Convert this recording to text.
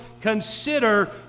consider